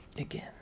Again